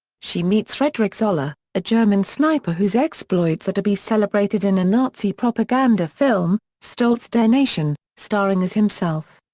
she meets fredrick zoller, a german sniper whose exploits are to be celebrated in a nazi propaganda film, stolz der nation, starring as himself.